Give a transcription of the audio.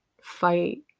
fight